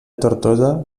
tortosa